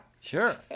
Sure